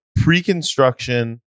pre-construction